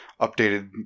updated